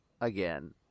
again